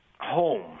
home